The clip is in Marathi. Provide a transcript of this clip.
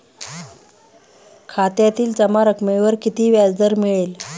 खात्यातील जमा रकमेवर किती व्याजदर मिळेल?